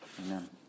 Amen